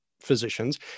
physicians